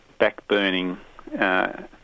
backburning